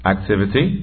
Activity